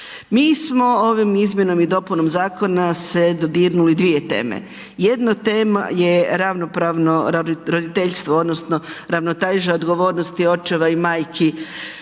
mi smo ovim izmjenama i dopunama zakona se dodirnuli dvije teme. Jedna tema je ravnopravno roditeljstvo odnosno ravnoteža odgovornosti očeva i majki